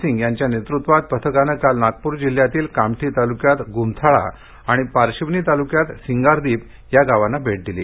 सिंग यांच्या नेतृत्वात पथकानं काल नागपूर जिल्ह्यातील कामठी तालुक्यात गुमथाळा आणि पारशिवनी तालुक्यात सिंगारदीप या गावांना भेट दिली